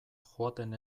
joaten